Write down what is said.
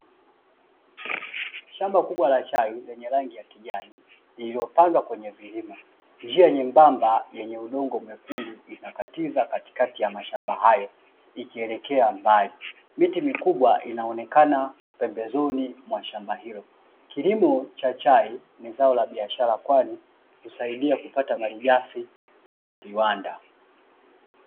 Shamba kubwa la chai lenye rangi ya kijani iliyopandwa kwenye vilima, njia nyembamba yenye udongo mwekundu inakatiza katikati ya mashamba hayo ikielekea mbali, miti mikubwa inaonekana pembezoni ya shamba hilo. Kilimo cha chai ni zao la biashara kwani husaidia kupata maligafi za viwanda.